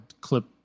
clip